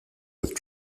with